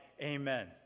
Amen